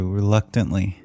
reluctantly